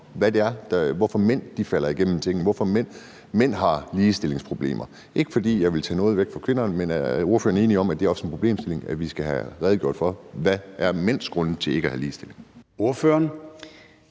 hvorfor mænd falder igennem systemet, hvorfor mænd har ligestillingsproblemer? Det er ikke, fordi jeg vil tage noget væk fra kvinderne, men er ordføreren enig i, at det også er en problemstilling, vi skal have redegjort for, nemlig hvad grundene til, at mænd ikke har ligestilling, er? Kl.